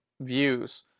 views